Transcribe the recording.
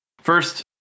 First